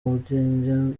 bugenge